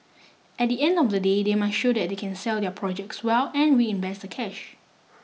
at the end of the day they must show that they can sell their projects well and reinvest the cash